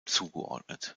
zugeordnet